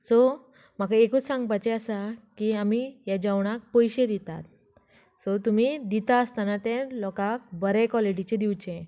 so म्हाका एकूच सांगपाचे आसा की आमी ह्या जेवणाक पयशे दितात सो तुमी दिता आसतना ते लोकांक बरें क्वॉलिटीचें दिवचे